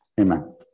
Amen